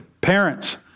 Parents